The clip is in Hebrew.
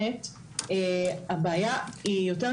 את הנושא והיא תקצה לנושא הזה תקציבים והאנשים שנמצאים כאן בדיון